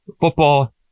football